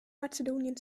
mazedonien